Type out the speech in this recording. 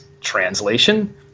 Translation